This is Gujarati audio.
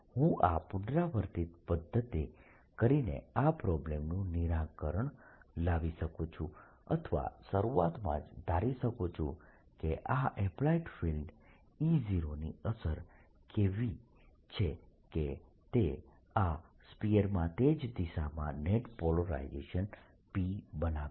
હું આ પુનરાવર્તિત પદ્ધતિ કરીને આ પ્રોબ્લમનું નિરાકરણ લાવી શકું છું અથવા શરૂઆતમાં જ ધારી શકું છું કે આ એપ્લાઇડ ફિલ્ડ E0 ની અસર એવી છે કે તે આ સ્ફીયરમાં તે જ દિશામાં નેટ પોલરાઇઝેશન P બનાવે છે